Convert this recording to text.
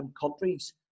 countries